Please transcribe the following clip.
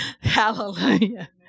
hallelujah